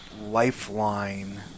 lifeline